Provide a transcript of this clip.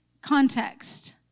context